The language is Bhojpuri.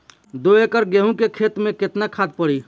दो एकड़ गेहूँ के खेत मे केतना खाद पड़ी?